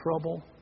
trouble